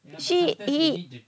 she he ya